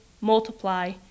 multiply